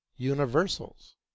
universals